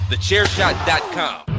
Thechairshot.com